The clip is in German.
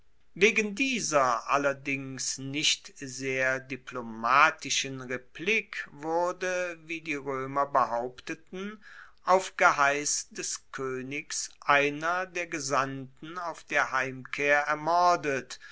wegen dieser allerdings nicht sehr diplomatischen replik wurde wie die roemer behaupteten auf geheiss des koenigs einer der gesandten auf der heimkehr ermordet